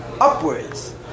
upwards